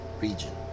region